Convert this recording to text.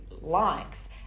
likes